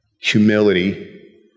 humility